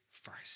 first